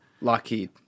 Lockheed